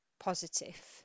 positive